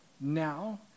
now